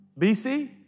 BC